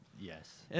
Yes